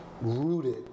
rooted